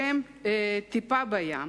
שהם טיפה בים,